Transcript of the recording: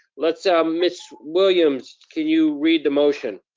let's, ah, miss williams, can you read the motion?